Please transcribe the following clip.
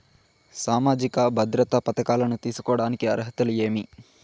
సామాజిక భద్రత పథకాలను తీసుకోడానికి అర్హతలు ఏమి?